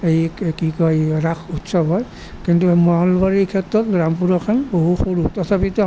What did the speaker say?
এই কি কি কয় ৰাস উৎসৱ হয় কিন্তু নলবাৰীৰ ক্ষেত্ৰত ৰামপুৰৰখন বহুত সৰু তথাপিতো